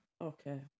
Okay